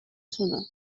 sonor